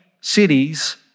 cities